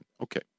Okay